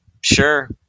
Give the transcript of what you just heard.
sure